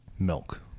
Milk